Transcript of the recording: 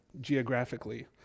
geographically